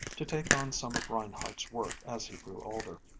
to take on some of reinhardt's work as he grew older.